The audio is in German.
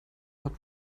hat